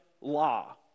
law